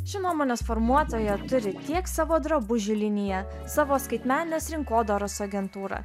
ši nuomonės formuotoja turi tiek savo drabužių liniją savo skaitmeninės rinkodaros agentūrą